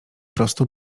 prostu